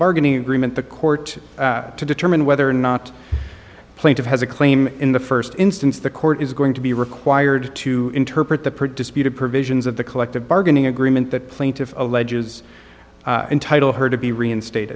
bargaining agreement the court to determine whether or not plaintiff has a claim in the first instance the court is going to be required to interpret the print disputed provisions of the collective bargaining agreement that plaintiff alleges entitle her to be reinstate